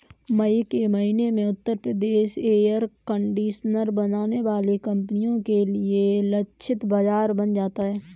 मई के महीने में उत्तर प्रदेश एयर कंडीशनर बनाने वाली कंपनियों के लिए लक्षित बाजार बन जाता है